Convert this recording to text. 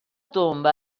tomba